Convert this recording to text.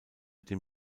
dem